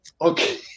okay